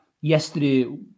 yesterday